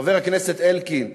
חבר הכנסת אלקין,